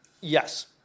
Yes